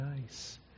nice